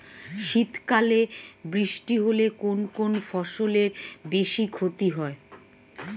শীত কালে বৃষ্টি হলে কোন কোন ফসলের বেশি ক্ষতি হয়?